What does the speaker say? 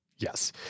Yes